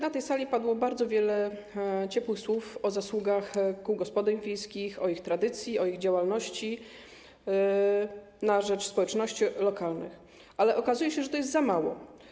Na tej sali padło bardzo wiele ciepłych słów o zasługach kół gospodyń wiejskich, o ich tradycji, o ich działalności na rzecz społeczności lokalnych, ale okazuje się, że to jest za mało.